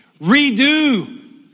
redo